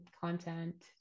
content